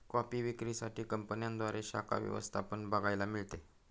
coffee विक्री साठी कंपन्यांद्वारे शाखा व्यवस्था पण बघायला मिळते